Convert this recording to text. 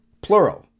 plural